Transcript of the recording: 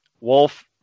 Wolf